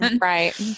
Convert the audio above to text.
Right